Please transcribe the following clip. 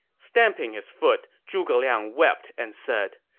stamping his foot, zhuge liang wept and said,